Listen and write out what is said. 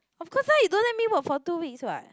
of course lah you don't let me work for two weeks what